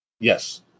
yes